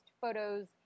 photos